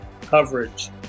coverage